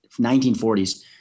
1940s